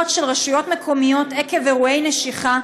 של רשויות מקומיות עקב אירועי נשיכה.